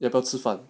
要不要吃饭